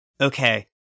Okay